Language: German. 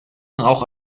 auch